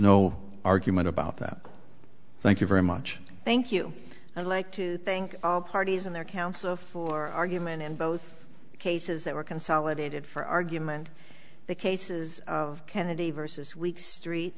no argument about that thank you very much thank you i'd like to think all parties and their counsel for argument in both cases that were consolidated for argument the cases of kennedy versus weeks three